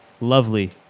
lovely